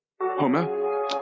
Homer